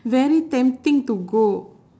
very tempting to go